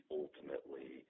ultimately